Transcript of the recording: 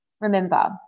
Remember